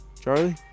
Charlie